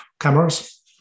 cameras